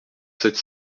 sept